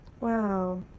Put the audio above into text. Wow